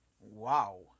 Wow